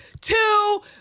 two